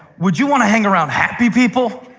would you want to hang around happy people?